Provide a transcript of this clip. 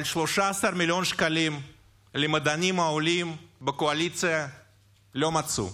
אבל 13 מיליון שקלים למדענים העולים בקואליציה לא מצאו.